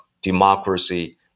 democracy